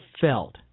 felt